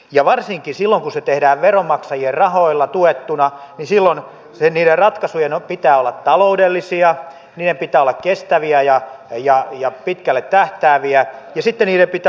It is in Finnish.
ja varsinkin silloin kun se tehdään veronmaksajien rahoilla tuettuna niiden ratkaisujen pitää olla taloudellisia niiden pitää olla kestäviä ja pitkälle tähtääviä ja sitten niiden pitää olla ympäristöystävällisiä